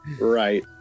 right